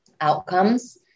outcomes